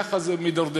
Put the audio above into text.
וכך זה מידרדר.